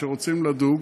שרוצים לדוג,